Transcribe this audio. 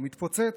כשהוא מתפוצץ,